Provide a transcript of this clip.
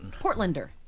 Portlander